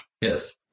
Yes